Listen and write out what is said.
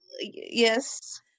Yes